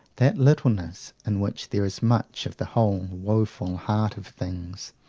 that littleness in which there is much of the whole woeful heart of things,